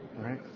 right